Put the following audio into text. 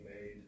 made